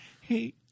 Hey